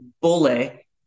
bully